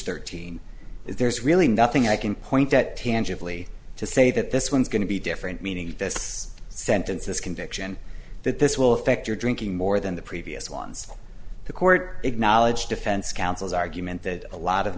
thirteen there's really nothing i can point that tangibly to say that this one's going to be different meaning this sentence this conviction that this will affect your drinking more than the previous ones the court acknowledged defense counsel's argument that a lot of